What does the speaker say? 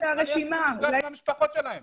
אני עשיתי מפגש עם המשפחות שלהם